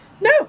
no